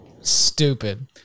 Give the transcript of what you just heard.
Stupid